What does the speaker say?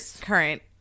current